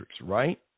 right